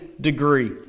degree